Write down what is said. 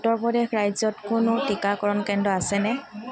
উত্তৰ প্ৰদেশ ৰাজ্যত কোনো টীকাকৰণ কেন্দ্ৰ আছেনে